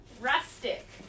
Rustic